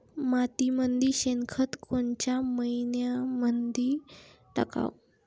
मातीमंदी शेणखत कोनच्या मइन्यामंधी टाकाव?